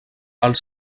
els